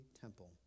temple